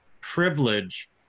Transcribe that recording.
privilege